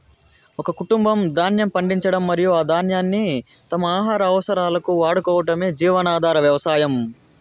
ఒక కుటుంబం ధాన్యం పండించడం మరియు ఆ ధాన్యాన్ని తమ ఆహార అవసరాలకు వాడుకోవటమే జీవనాధార వ్యవసాయం